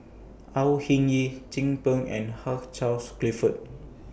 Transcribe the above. Au Hing Yee Chin Peng and Hugh Charles Clifford